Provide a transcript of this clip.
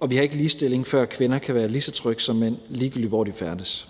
og vi har ikke ligestilling, før kvinder kan være lige så trygge som mænd, ligegyldigt hvor de færdes.